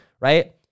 right